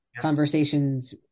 conversations